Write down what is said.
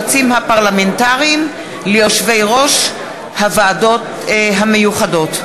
ברשות יושבת-ראש הישיבה, הנני מתכבדת להודיעכם,